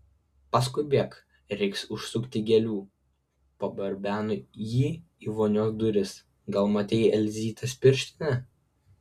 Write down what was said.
paskubėk reiks užsukti gėlių pabarbeno ji į vonios duris gal matei elzytės pirštinę